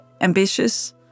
ambitious